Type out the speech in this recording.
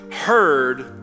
heard